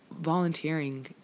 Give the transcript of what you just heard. volunteering